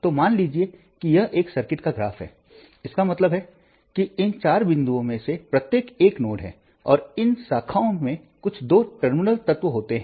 तो मान लीजिए कि यह एक सर्किट का ग्राफ है इसका मतलब है कि इन चार बिंदुओं में से प्रत्येक एक नोड है और इन शाखाओं में कुछ दो टर्मिनल तत्व होते हैं